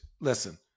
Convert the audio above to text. listen